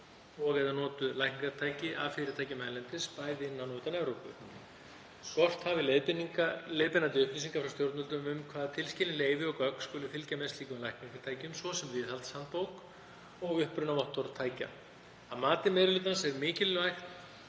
og/eða notuð lækningatæki af fyrirtækjum erlendis, bæði innan og utan Evrópu. Skort hafi leiðbeinandi upplýsingar frá stjórnvöldum um hvaða tilskilin leyfi og gögn skuli fylgja með slíkum lækningatækjum, svo sem viðhaldshandbók og upprunavottorð tækja. Að mati meiri hlutans er mikilvægt